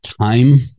time